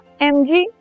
Mg